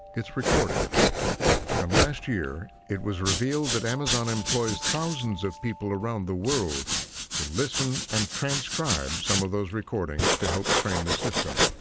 it's recording. and last year, it was revealed that amazon employs thousands of people around the world to listen and transcribe some of those recordings to help train the system.